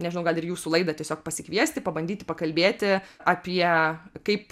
nežinau gal ir į jūsų laidą tiesiog pasikviesti pabandyti pakalbėti apie kaip